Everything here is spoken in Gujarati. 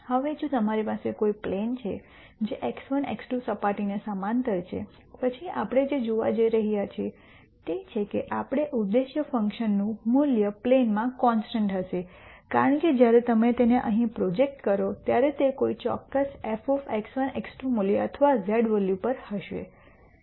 હવે જો તમારી પાસે કોઈ પ્લેન છે જે x1 x2 સપાટી ને સમાંતર છે પછી આપણે જે જોવા જઈ રહ્યા છીએ તે છે કે આપણે ઉદ્દેશ્ય ફંકશનનું મૂલ્ય પ્લેન માં કોન્સ્ટન્ટ હશે કારણ કે જ્યારે તમે તેને અહીં પ્રોજેક્ટ કરો ત્યારે તે કોઈ ચોક્કસ એફ x1 x2 મૂલ્ય અથવા ઝેડ વેલ્યુ પર હશે